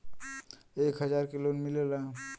एक हजार के लोन मिलेला?